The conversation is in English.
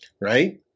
right